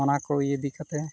ᱚᱱᱟ ᱠᱚ ᱤᱭᱫᱤᱠᱟᱛᱮ